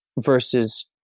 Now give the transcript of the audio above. versus